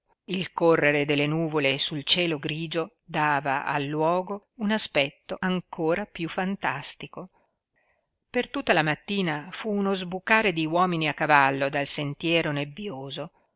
il correre delle nuvole sul cielo grigio dava al luogo un aspetto ancora piú fantastico per tutta la mattina fu uno sbucare di uomini a cavallo dal sentiero nebbioso